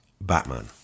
Batman